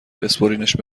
بسپرینش